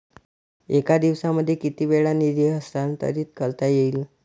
एका दिवसामध्ये किती वेळा निधी हस्तांतरीत करता येईल?